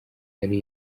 yari